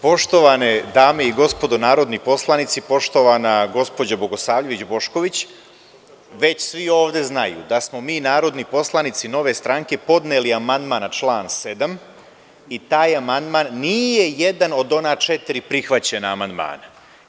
Poštovane dame i gospodo narodni poslanici, poštovana gospođo Bogosavljević Bošković, već svi ovde znaju da smo mi narodni poslanici Nove stranke podneli amandman na član 7. i taj amandman nije jedan od ona četiri prihvaćena amandmana.